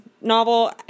novel